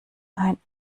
ein